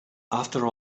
after